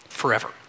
Forever